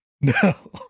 no